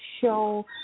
show